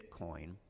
bitcoin